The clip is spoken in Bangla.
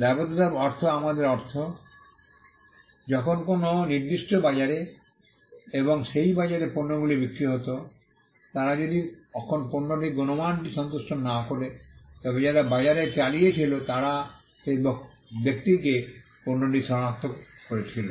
দায়বদ্ধতার অর্থ আমাদের অর্থ যখন কোনও নির্দিষ্ট বাজারে এবং সেই বাজারে পণ্যগুলি বিক্রি হত তারা যদি তখন পণ্যটির গুণমানটি সন্তুষ্ট না করে তবে যারা বাজার চালিয়েছিল তারা সেই ব্যক্তিকে পণ্যটি সনাক্ত করেছিল